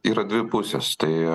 yra dvi pusės tai